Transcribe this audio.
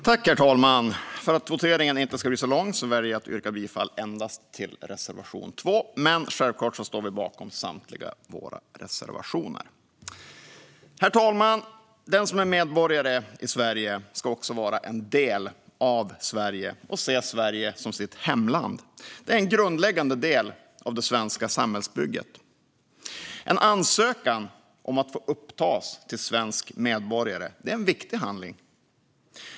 Herr talman! För att voteringen inte ska bli så lång väljer jag att yrka bifall endast till reservation 2, men vi står självklart bakom samtliga våra reservationer. Herr talman! Den som är medborgare i Sverige ska också vara en del av Sverige och se Sverige som sitt hemland. Det är en grundläggande del av det svenska samhällsbygget. Att ansöka om att få upptas till svensk medborgare är en viktig handling.